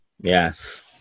Yes